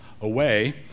away